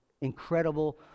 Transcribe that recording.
incredible